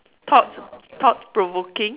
thoughts thought provoking